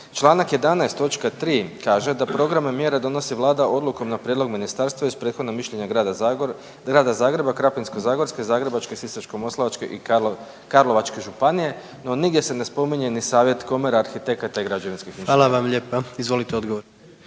Članak 11. točka 3. kaže da programe mjera donosi Vlada odlukom na prijedlog ministarstva i uz prethodno mišljenje Grada Zagreba, Krapinsko-zagorske, Zagrebačke, Sisačko-moslavačke i Karlovačke županije, no nigdje se ne spominje ni savjet Komora arhitekata i građevinskih inženjera. **Jandroković,